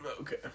okay